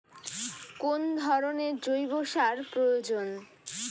কোন ধরণের জৈব সার প্রয়োজন?